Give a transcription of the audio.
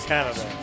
Canada